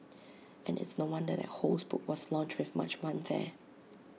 and it's no wonder that Ho's book was launched with much